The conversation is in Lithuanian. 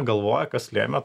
galvoja kas lėmė